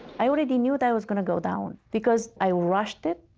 i already knew that i was going to go down because i rushed it,